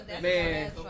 man